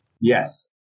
Yes